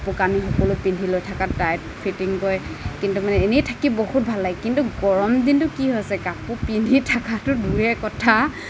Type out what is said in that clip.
কাপোৰ কানি সকলো পিন্ধি লৈ থাকা টাইট ফিটিং কৰি কিন্তু মানে এনে থাকি বহুত ভাল লাগে কিন্তু গৰম দিনটো কি হৈছে কাপোৰ পিন্ধি থকাটো দূৰৰে কথা